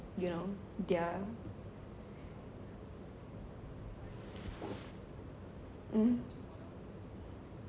you know there are